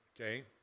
okay